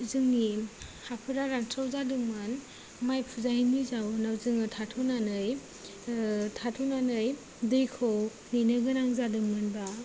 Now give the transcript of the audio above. जोंनि हाफोरा रानस्राव जादोंमोन माइ फुजायैनि जाउनाव जोङो थाथ'नानै थाथ'नानै दैखौ नेनो गोनां जादोंमोन बा